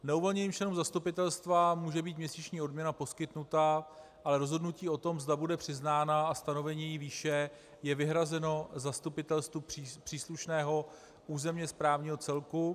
Neuvolněným členům zastupitelstva může být měsíční odměna poskytnuta, ale rozhodnutí o tom, zda bude přiznána, a stanovení její výše je vyhrazeno zastupitelstvu příslušného územněsprávního celku.